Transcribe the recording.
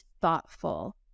thoughtful